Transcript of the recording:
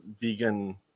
vegan